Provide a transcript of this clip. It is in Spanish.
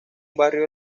barrio